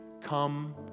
come